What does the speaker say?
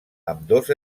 ambdós